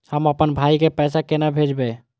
हम आपन भाई के पैसा केना भेजबे?